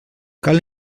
cal